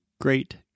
great